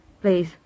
Please